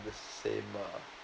the same uh